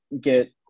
get